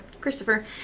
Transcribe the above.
Christopher